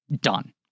done